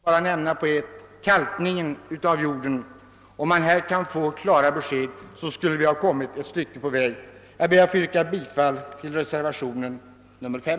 Om man t.ex. kunde få klara besked när det gäller kalkningen av jorden skulle det vara en god hjälp. Jag ber få yrka bifall till reservationen 5.